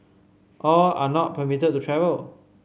all are not permitted to travel